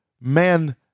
man